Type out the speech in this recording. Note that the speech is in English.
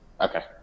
Okay